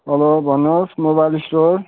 hello भन्नुहोस् mobile store